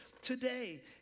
today